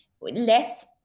Less